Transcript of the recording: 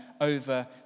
over